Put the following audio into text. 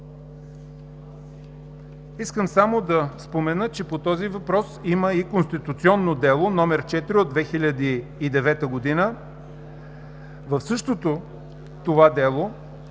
Искам само да спомена, че по този въпрос има и Конституционно дело № 4 от 2009 г. В същото това дело